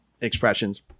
expressions